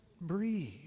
breathe